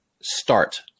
start